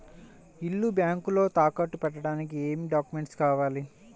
ఇల్లు బ్యాంకులో తాకట్టు పెట్టడానికి ఏమి డాక్యూమెంట్స్ కావాలి?